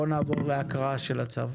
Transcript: בואו נעבור להקראה של הצו.